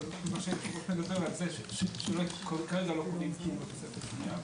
אבל היושב-ראש מדבר על זה שכרגע לא קובעים כלום בתוספת השנייה,